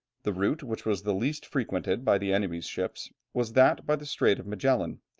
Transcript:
the route which was the least frequented by the enemy's ships was that by the strait of magellan,